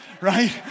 right